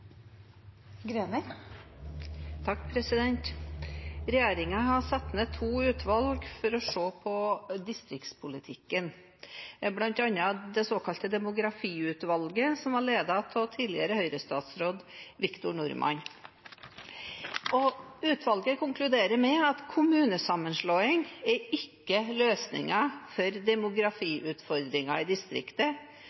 har satt ned to utvalg for å se på distriktspolitikken, bl.a. det såkalte demografiutvalget, som var ledet av tidligere Høyre-statsråd Victor Norman. Utvalget konkluderer med at kommunesammenslåing ikke er løsningen for